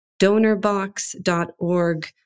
donorbox.org